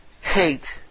hate